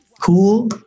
Cool